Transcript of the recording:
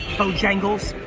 bojangles'.